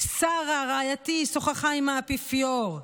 שרה רעייתי שוחחה עם האפיפיור,